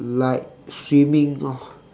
like swimming lor